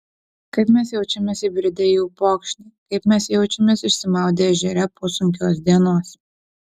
kaip mes jaučiamės įbridę į upokšnį kaip mes jaučiamės išsimaudę ežere po sunkios dienos